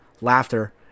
laughter